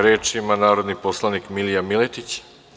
Reč ima narodni poslanik Milija Miletić.